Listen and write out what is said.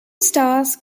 stars